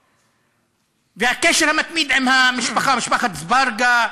והקשר המתמיד עם המשפחה, משפחת אזברגה,